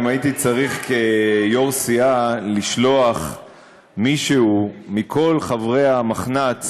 אם הייתי צריך כיו"ר סיעה לשלוח מישהו מכל חברי המחנ"צ